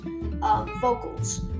vocals